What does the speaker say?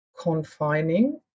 confining